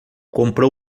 comprou